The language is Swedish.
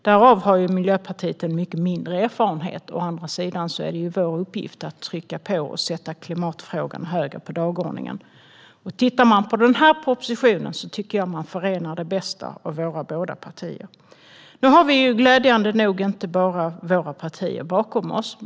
Av detta har Miljöpartiet mycket mindre erfarenhet. Å andra sidan är det vår uppgift att trycka på och sätta klimatfrågan högre på dagordningen. I den här propositionen tycker jag att man förenar det bästa av våra båda partier. Nu har vi glädjande nog inte bara våra egna partier bakom oss.